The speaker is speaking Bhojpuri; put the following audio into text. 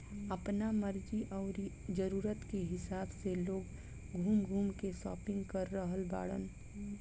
आपना मर्जी अउरी जरुरत के हिसाब से लोग घूम घूम के शापिंग कर रहल बाड़न